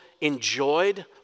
enjoyed